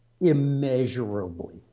immeasurably